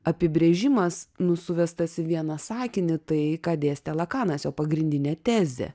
apibrėžimas nu suvestas į vieną sakinį tai ką dėstė lakanas jo pagrindinė tezė